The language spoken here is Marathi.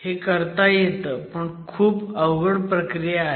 हे करता येतं पण खूप अवघड प्रक्रिया आहे